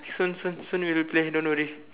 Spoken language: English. soon soon soon we'll play don't worry